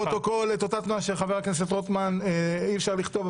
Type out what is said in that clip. לפרוטוקול את אותה תנועה של חבר הכנסת אי-אפשר לכתוב,